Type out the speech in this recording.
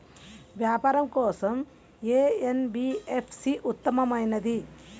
వ్యాపారం కోసం ఏ ఎన్.బీ.ఎఫ్.సి ఉత్తమమైనది?